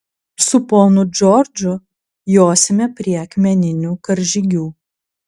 su ponu džordžu josime prie akmeninių karžygių